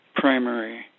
primary